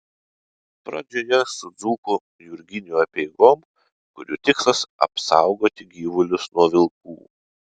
pradžioje su dzūkų jurginių apeigom kurių tikslas apsaugoti gyvulius nuo vilkų